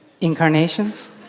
incarnations